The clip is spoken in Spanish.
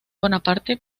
bonaparte